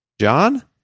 John